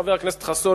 חבר הכנסת חסון,